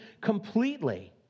completely